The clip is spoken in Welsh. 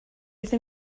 ddim